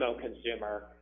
consumer